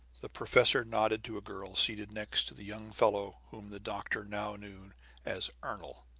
the professor nodded to a girl seated next to the young fellow whom the doctor now knew as ernol.